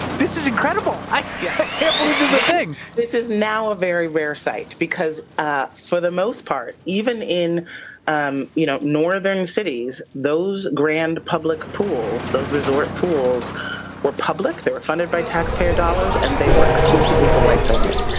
this is incredible. i yeah can't believe this is a thing. this is now a very rare sight because ah for the most part, even in um you know northern cities, those grand public pools, those resort pools were public. they were funded by taxpayer dollars and they were exclusively for whites only.